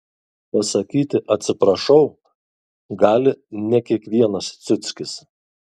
pasakyti atsiprašau gali ne kiekvienas ciuckis